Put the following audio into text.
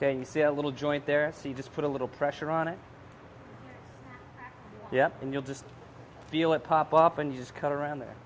can you see a little joint there so you just put a little pressure on it yeah and you'll just feel it pop up and just cut around the